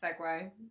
segue